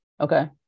okay